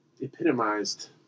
epitomized